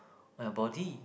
my body